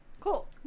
Cool